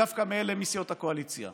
דווקא אלה מסיעות הקואליציה: